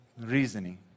reasoning